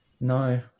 No